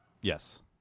Yes